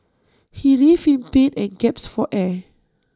he writhed in pain and gasped for air